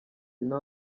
tino